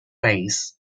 ways